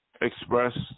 Express